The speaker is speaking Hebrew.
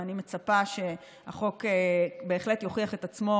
ואני מצפה שהחוק בהחלט יוכיח את עצמו,